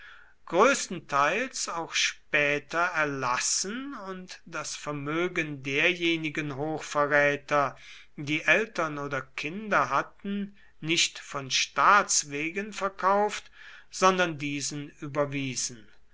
größtenteils auch später erlassen und das vermögen derjenigen hochverräter die eltern oder kinder hatten nicht von staats wegen verkauft sondern diesen überwiesen